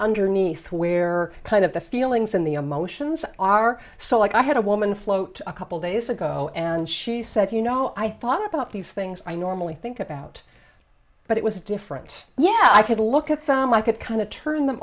underneath where kind of the feelings in the emotions are so like i had a woman float a couple days ago and she said you know i thought about these things i normally think about but it was different yeah i could look at them i could kind of turn them